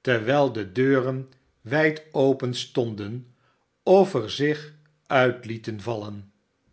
terwijl de deuren wijd open stohden of er zich uit lieten vallen